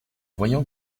voyant